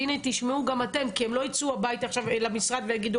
והנה תשמעו גם אתם כי הם לא יצאו עכשיו למשרד ויגידו